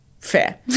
Fair